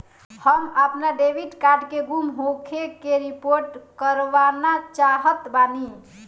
हम आपन debit card के गुम होखे के रिपोर्ट करवाना चाहत बानी